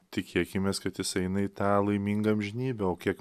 tikėkimės kad jis eina į tą laimingą amžinybę o kiek